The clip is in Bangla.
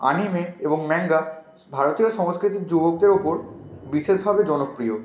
আনিমে এবং ম্যাঙ্গা ভারতীয় সংস্কৃতির যুবকদের উপর বিশেষভাবে জনপ্রিয়